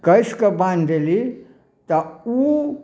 कैसकऽ बान्हि देली तऽ ओ